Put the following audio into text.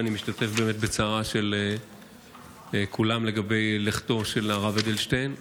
שאני משתתף באמת בצער כולם על לכתו של הרב אדלשטיין.